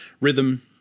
rhythm